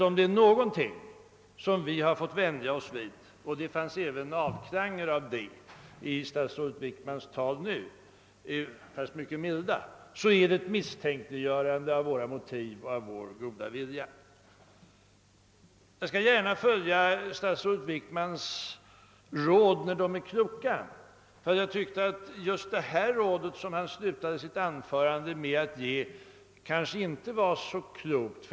Om det är någonting vi har fått vänja oss vid — och det fanns återklanger därav även i statsrådet Wickmans tal, ehuru mycket milda — så är det misstänkliggörandet av våra motiv och av vår goda vilja. Jag skall gärna följa statsrådet Wickmans råd när de är kloka, men jag tyckte att just det råd som han avslutade sitt anförande med kanske inte var så klokt.